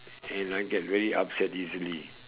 and I get very upset easily